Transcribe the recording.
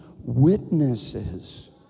witnesses